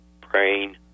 praying